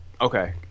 Okay